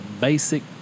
basic